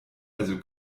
also